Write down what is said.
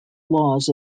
laws